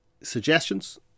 suggestions